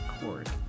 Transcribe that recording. cord